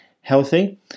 healthy